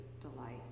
delight